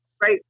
Right